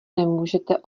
nemůžete